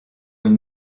une